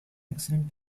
excellent